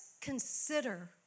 consider